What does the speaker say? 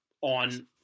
on